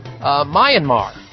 Myanmar